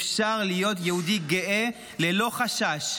אפשר להיות יהודי גאה ללא חשש.